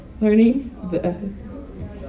learning